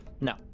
No